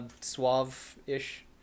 suave-ish